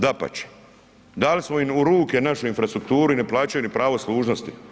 Dapače, dali smo im u ruke našu infrastrukturu i ne plaćaju pravo služnosti.